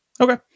Okay